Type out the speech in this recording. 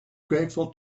grateful